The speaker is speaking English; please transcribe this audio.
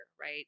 right